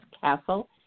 Castle